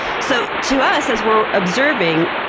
so to us as we're observing,